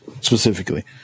specifically